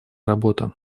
работа